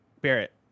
Barrett